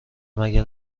مگه